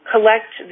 collect